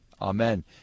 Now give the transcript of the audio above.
Amen